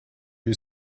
you